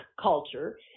culture